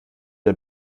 der